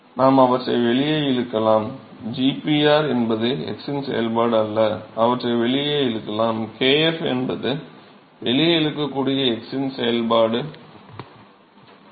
நாம் அவற்றை வெளியே இழுக்கலாம் g p r என்பது x இன் செயல்பாடு அல்ல அவற்றை வெளியே இழுக்கலாம் kf என்பது வெளியே இழுக்கக்கூடிய x இன் செயல்பாடு அல்ல